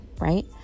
right